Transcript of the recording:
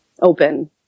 open